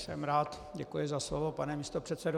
Jsem rád, děkuji za slovo, pane místopředsedo.